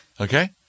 Okay